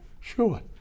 Sure